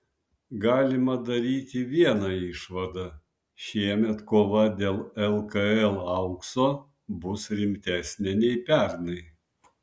galima daryti vieną išvadą šiemet kova dėl lkl aukso bus rimtesnė nei pernai